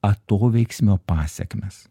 atoveiksmio pasekmes